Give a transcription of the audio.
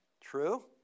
True